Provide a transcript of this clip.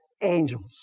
angels